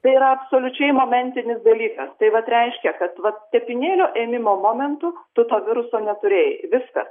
tai yra absoliučiai momentinis dalykas tai vat reiškia kad va tepinėlio ėmimo momentu tu to viruso neturėjai viskas